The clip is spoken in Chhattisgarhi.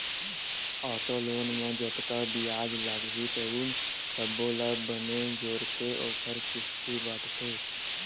आटो लोन म जतका बियाज लागही तउन सब्बो ल बने जोरके ओखर किस्ती बाटथे